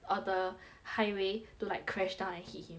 of the highway to like crash down and hit him